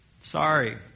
Sorry